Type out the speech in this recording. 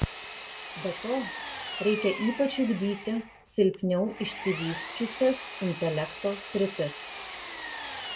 be to reikia ypač ugdyti silpniau išsivysčiusias intelekto sritis